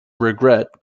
regret